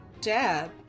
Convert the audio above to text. dad